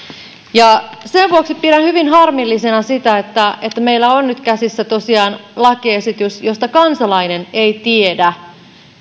sen vuoksi pidän hyvin harmillisena sitä että että meillä on nyt käsissä tosiaan lakiesitys josta kansalainen ei tiedä